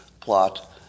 plot